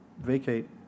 vacate